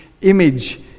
image